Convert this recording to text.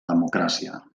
democràcia